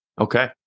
Okay